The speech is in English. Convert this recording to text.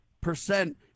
percent